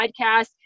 podcast